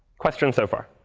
questions so far?